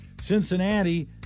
Cincinnati